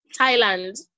Thailand